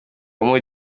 umu